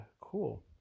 cool